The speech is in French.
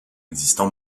existant